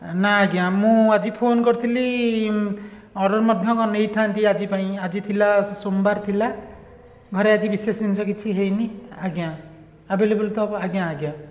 ନା ଆଜ୍ଞା ମୁଁ ଆଜି ଫୋନ୍ କରିଥିଲି ଉଁ ଅରୁନ ମଧ୍ୟ ନେଇଥାନ୍ତି ଆଜି ପାଇଁ ଆଜି ଥିଲା ସେ ସୋମବାର ଥିଲା ଘରେ ଆଜି ବିଶେଷ ଜିନିଷ କିଛି ହେଇନି ଆଜ୍ଞା ଆଭେଲେବୁଲ୍ ତ ହେବ ଆଜ୍ଞା ଆଜ୍ଞା